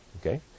Okay